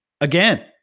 again